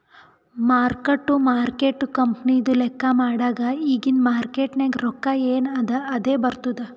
mark to market ಕಂಪನಿದು ಲೆಕ್ಕಾ ಮಾಡಾಗ್ ಇಗಿಂದ್ ಮಾರ್ಕೇಟ್ ನಾಗ್ ರೊಕ್ಕಾ ಎನ್ ಅದಾ ಅದೇ ಬರ್ತುದ್